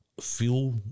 feel